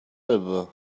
elbe